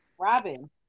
Robin